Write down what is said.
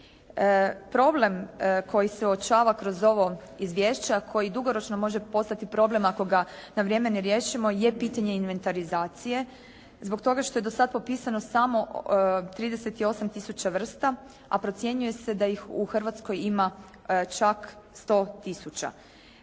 Problem koji se uočava kroz ovo izvješće, a koji dugoročno može postati problem ako ga na vrijeme ne riješimo, je pitanje inventarizacije zbog toga što je do sada popisano samo 38 tisuća vrsta, a procjenjuje se da ih u Hrvatskoj ima čak 100